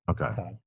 Okay